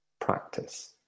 practice